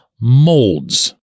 molds